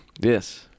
Yes